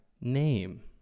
name